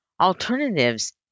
alternatives